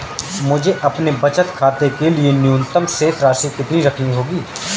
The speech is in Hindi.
मुझे अपने बचत खाते के लिए न्यूनतम शेष राशि कितनी रखनी होगी?